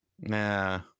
Nah